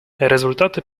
rezultaty